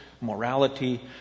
morality